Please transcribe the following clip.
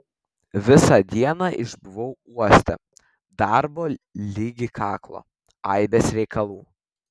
visą dieną išbuvau uoste darbo ligi kaklo aibės reikalų